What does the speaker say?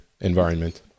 environment